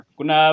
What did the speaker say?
Kuna